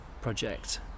project